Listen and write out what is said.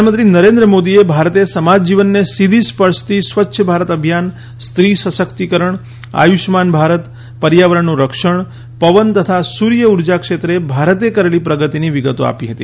પ્રધાનમંત્રી નરેન્દ્ર મોદીએ ભારતે સમાજજીવનને સીધી સ્પર્શતી સ્વચ્છ ભારત અભિયાન સ્ત્રીસશકિતકરણ આયુષ્યમાન ભારત પર્યાવરણનું રક્ષણ પવન તથા સુર્ય ઉર્જા ક્ષેત્રે ભારતે કરેલી પ્રગતીની વિગતો આપી હતી